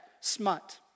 smut